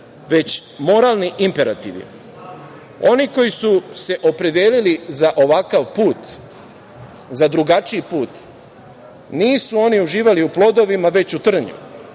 već moralni imperativi. Oni koji su se opredelili za ovakav put, za drugačiji put, nisu oni uživali u plodovima, već u trnu.